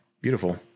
Beautiful